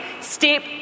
step